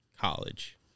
College